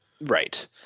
Right